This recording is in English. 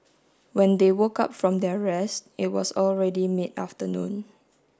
when they woke up from their rest it was already mid afternoon